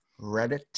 Reddit